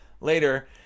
Later